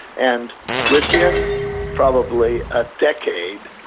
and within probably a decade,